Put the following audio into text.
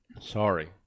Sorry